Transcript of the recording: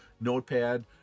Notepad